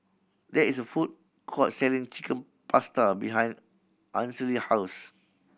there is a food court selling Chicken Pasta behind Ainsley house